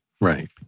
Right